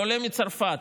או עולה מצרפת,